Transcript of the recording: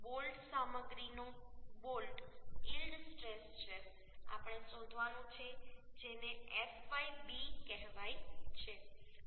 bolt સામગ્રીનોબોલ્ટ yield stress છે આપણે શોધવાનું છે જેને fyb કહેવાય છે